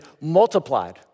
multiplied